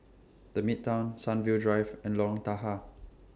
The Midtown Sunview Drive and Lorong Tahar